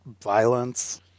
violence